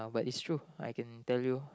but is true I can tell you